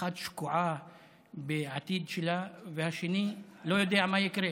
אחת שקועה בעתיד שלה והשני לא יודע מה יקרה.